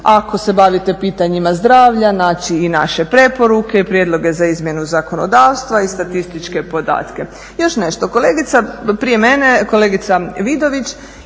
ako se bavite pitanjem zdravlja naći i naše preporuke i prijedloge za izmjenu zakonodavstva i statističke podatke. Još nešto, kolegica Vidović